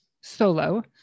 solo